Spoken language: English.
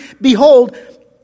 behold